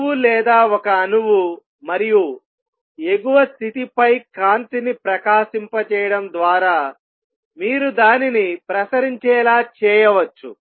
అణువు లేదా ఒక అణువు మరియు ఎగువ స్థితిపై కాంతిని ప్రకాశింపజేయడం ద్వారా మీరు దానిని ప్రసరించేలా చేయవచ్చు